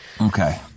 Okay